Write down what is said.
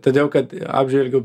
todėl kad apžvelgiau